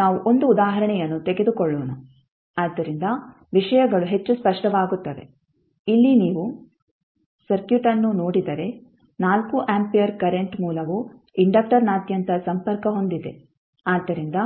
ನಾವು 1 ಉದಾಹರಣೆಯನ್ನು ತೆಗೆದುಕೊಳ್ಳೋಣ ಆದ್ದರಿಂದ ವಿಷಯಗಳು ಹೆಚ್ಚು ಸ್ಪಷ್ಟವಾಗುತ್ತವೆ ಇಲ್ಲಿ ನೀವು ಸರ್ಕ್ಯೂಟ್ ಅನ್ನು ನೋಡಿದರೆ 4 ಆಂಪಿಯರ್ ಕರೆಂಟ್ ಮೂಲವು ಇಂಡಕ್ಟರ್ನಾದ್ಯಂತ ಸಂಪರ್ಕ ಹೊಂದಿದೆ ಆದ್ದರಿಂದ